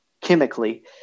chemically